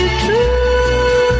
true